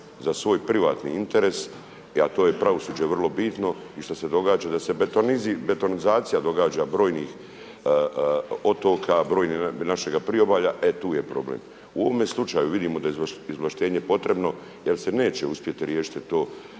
za svoj privatni interes, a to je pravosuđe vrlo bitno i što se događa da se betonizacija događa brojnih otoka, našega priobalja, e tu je problem. U ovome slučaju vidimo da je izvlaštenje potrebno jer se neće uspjeti riješiti to